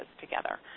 together